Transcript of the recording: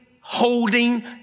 holding